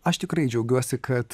aš tikrai džiaugiuosi kad